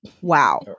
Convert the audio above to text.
wow